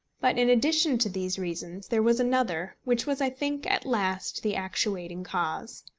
but in addition to these reasons there was another, which was, i think, at last the actuating cause.